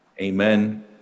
amen